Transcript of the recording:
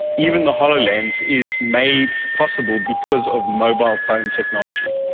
even the hololens is made possible because of mobile phone technology.